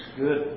good